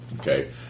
Okay